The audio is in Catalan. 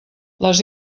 les